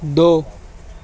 دو